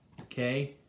Okay